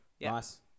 Nice